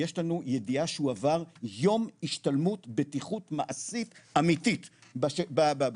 יש לנו ידיעה שהוא עבר יום השתלמות בטיחות מעשית אמיתית בזה,